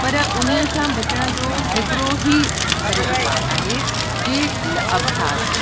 पर उन सां बचण जो हिकिड़ो ई छड़ो उपाय आहे की ल अभ्यास